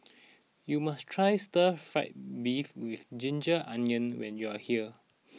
you must try Stir Fried Beef with Ginger Onions when you are here